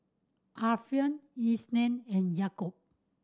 Alfian Isnin and Yaakob